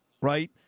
right